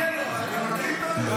מנסור, תן לו את הנאום של ביבי שיהיה לו.